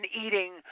eating